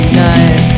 night